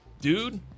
dude